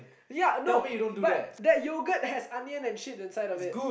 ya now but that yogurt had onion and shit inside of it